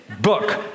book